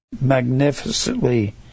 magnificently